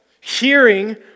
hearing